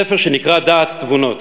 ספר שנקרא "דעת תבונות".